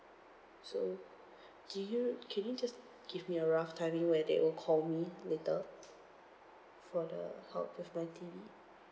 so do you can you just give me a rough timing where they will call me later for the help with my T_V